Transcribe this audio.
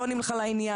לא עונים לך לעניין,